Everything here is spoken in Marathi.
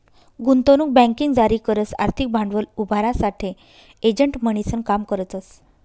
गुंतवणूक बँकिंग जारी करस आर्थिक भांडवल उभारासाठे एजंट म्हणीसन काम करतस